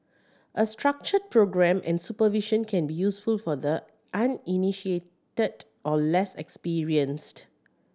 a structured programme and supervision can be useful for the uninitiated or less experienced